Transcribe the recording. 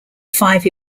five